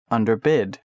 Underbid